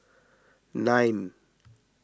nine